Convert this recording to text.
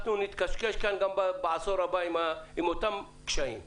אנחנו נתקשקש כאן גם בעשור הבא עם אותם קשיים בירוקרטיים.